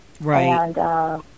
Right